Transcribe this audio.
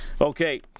Okay